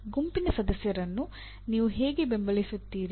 ಗುಂಪಿನ ಸದಸ್ಯರನ್ನು ನೀವು ಹೇಗೆ ಬೆಂಬಲಿಸುತ್ತೀರಿ